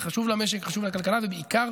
זה חשוב למשק, חשוב לכלכלה, ובעיקר,